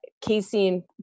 casein